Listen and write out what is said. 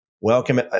Welcome